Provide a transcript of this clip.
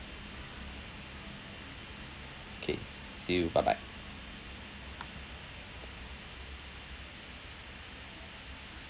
kay see you bye bye